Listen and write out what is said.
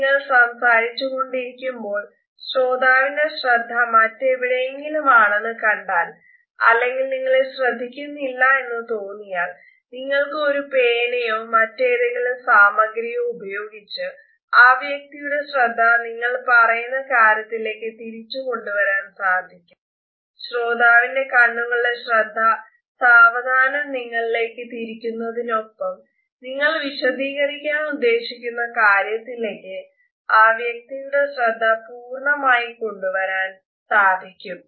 നിങ്ങൾ സംസാരിച്ചു കൊണ്ടിരിക്കുമ്പോൾ ശ്രോതാവിന്റെ ശ്രദ്ധ മറ്റെവിടെയെങ്കിലും ആണെന്ന് കണ്ടാൽ അല്ലെങ്കിൽ നിങ്ങളെ ശ്രദ്ദിക്കുന്നില്ല എന്ന് തോന്നിയാൽ നിങ്ങൾക് ഒരു പേനയോ മറ്റേതെങ്കിലും സാമഗ്രിയോ ഉപയോഗിച്ച് ആ വ്യക്തിയുടെ ശ്രദ്ധ നിങ്ങൾ പറയുന്ന കാര്യത്തിലേക്ക് തിരിച്ചു കൊണ്ടു വരാൻ സാധിക്കും